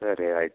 ಸರಿ ಆಯಿತು